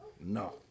no